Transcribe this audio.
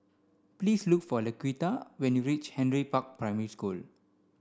please look for Laquita when you reach Henry Park Primary School